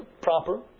proper